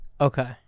Okay